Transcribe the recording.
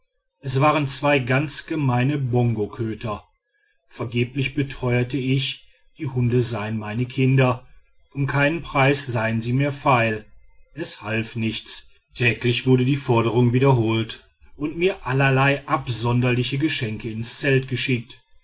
es waren zwei ganz gemeine bongoköter vergeblich beteuerte ich die hunde seien meine kinder um keinen preis seien sie mir feil es half nichts täglich wurde die forderung wiederholt und mir allerlei absonderliche geschenke ins zelt geschickt